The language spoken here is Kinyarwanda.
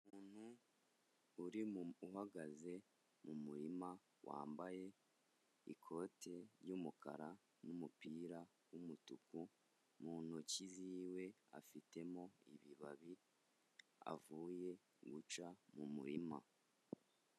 Umuntu uhagaze mu murima wambaye ikote ry'umukara n'umupira w'umutuku, mu ntoki ziwe afitemo ibibabi avuye guca mu murima.